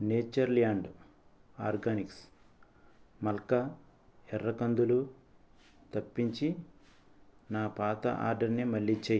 nature Land Organics మల్కా ఎర్ర కందులు తప్పించి నా పాత ఆర్డర్నే మళ్ళీ చేయి